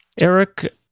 Eric